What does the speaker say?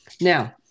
Now